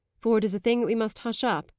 for it is a thing that we must hush up,